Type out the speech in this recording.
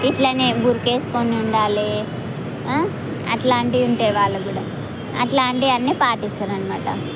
ఇట్లా బురకా వేసుకొని ఉండాలి అలాంటివి ఉంటాయి వాళ్ళకు కూడా అలాంటివి అన్నీ పాటిస్తారు అన్నమాట